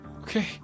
Okay